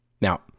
Now